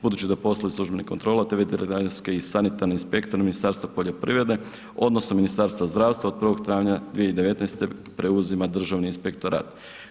Budući da poslove službenih kontrola te veterinarski i sanitarni inspektor Ministarstva poljoprivrede, odnosno Ministarstva zdravstva, od 1. travnja 2019. preuzima Državni inspektorat.